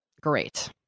Great